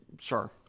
sure